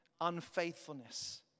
unfaithfulness